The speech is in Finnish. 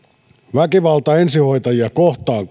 väkivalta ensihoitajia kohtaan